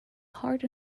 hard